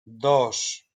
dos